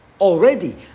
already